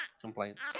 complaints